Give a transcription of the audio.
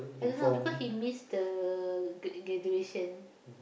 I don't know because he miss the g~ graduation